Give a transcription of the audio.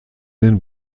den